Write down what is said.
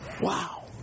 Wow